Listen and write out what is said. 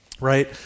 right